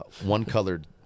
one-colored